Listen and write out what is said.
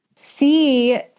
see